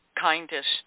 kindest